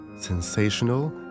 sensational